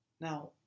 Now